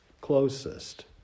closest